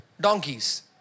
donkeys